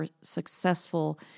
successful